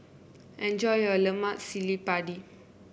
enjoy your Lemak Cili Padi